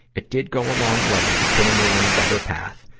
it did go a long way to putting me on a better path,